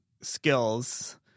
skills